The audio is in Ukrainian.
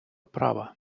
права